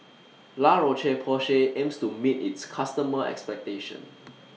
La Roche Porsay aims to meet its customers' expectations